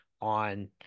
on